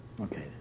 Okay